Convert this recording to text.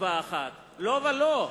הצבעה אחת, לא ולא,